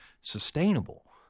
sustainable